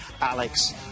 Alex